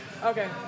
Okay